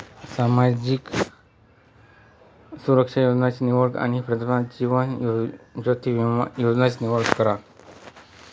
सामाजिक सुरक्षा योजनांची निवड करा आणि प्रधानमंत्री जीवन ज्योति विमा योजनेची निवड करा